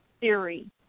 theory